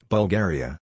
Bulgaria